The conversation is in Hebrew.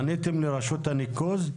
פניתם לרשות הניקוז?